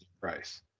price